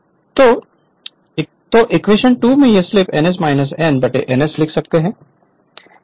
Refer Slide Time 2218 तो equation 2 से हम स्लिप ns n ns लिख सकते हैं